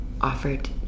offered